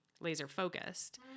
laser-focused